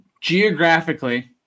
geographically